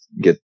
get